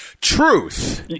Truth